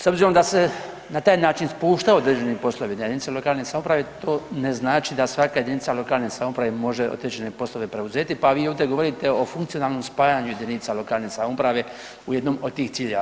S obzirom da se na taj način spuštaju određeni poslovi jedinice lokalne samouprave to ne znači da svaka jedinica lokalne samouprave može određene poslove preuzeti, pa vi ovdje govorite o funkcionalnom spajanju jedinica lokalne samouprave u jednom od tih ciljeva.